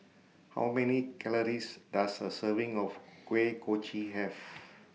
How Many Calories Does A Serving of Kuih Kochi Have